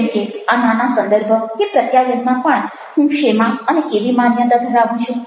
જેમ કે આ નાના સંદર્ભ કે પ્રત્યાયનમાં પણ હું શેમાં અને કેવી માન્યતા ધરાવું છું